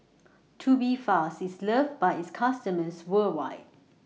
Tubifast IS loved By its customers worldwide